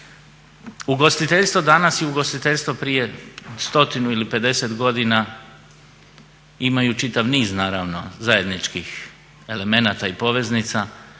Ugostiteljstvo danas i ugostiteljstvo prije stotinu ili pedeset godina imaju čitav niz naravno zajedničkih elemenata i poveznica,